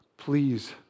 Please